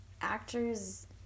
actors